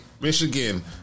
Michigan